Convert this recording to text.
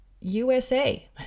USA